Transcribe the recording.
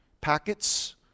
packets